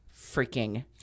freaking